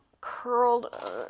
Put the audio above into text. curled